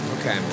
Okay